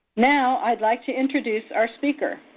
now, i'd like to introduce our speaker.